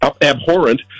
abhorrent